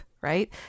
right